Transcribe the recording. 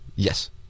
Yes